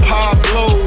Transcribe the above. Pablo